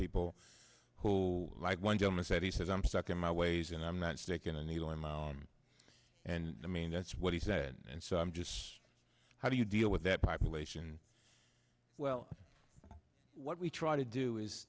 people who like one gentleman said he said i'm stuck in my ways and i'm not sticking a needle in my and i mean that's what he said and so i'm just how do you deal with that population well what we try to do is